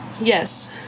Yes